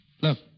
Look